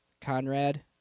Conrad